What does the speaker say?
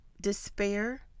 despair